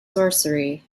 sorcery